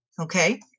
Okay